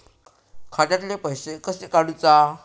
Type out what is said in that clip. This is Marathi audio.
खात्यातले पैसे कशे काडूचा?